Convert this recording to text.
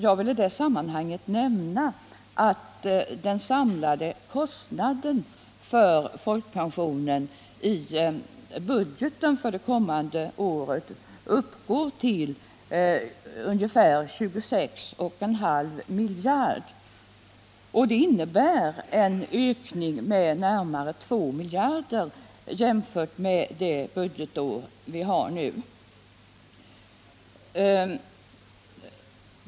Jag vill i det sammanhanget nämna att den samlade kostnaden för folkpensioren under det kommande budgetåret uppgår till ungefär 26,5 miljarder kronor. Det innebär en ökning med närmare 2 miljarder jämfört med innevarande budgetår.